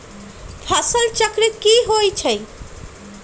फसल चक्र की होइ छई?